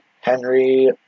Henry